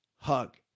Hug